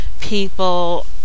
people